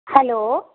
hello